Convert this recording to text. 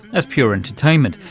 as pure entertainment.